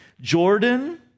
Jordan